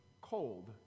cold